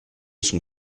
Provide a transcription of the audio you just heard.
son